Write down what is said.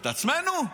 את עצמנו?